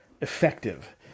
effective